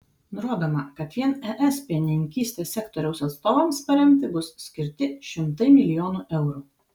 nurodoma kad vien es pienininkystės sektoriaus atstovams paremti bus skirti šimtai milijonų eurų